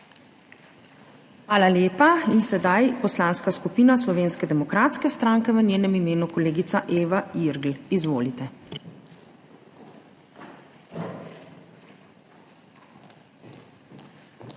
Hvala lepa. Sedaj sledi Poslanska skupina Slovenske demokratske stranke. V njenem imenu kolegica Eva Irgl. Izvolite. **EVA IRGL